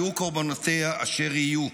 יהיו קורבנותיה אשר יהיו,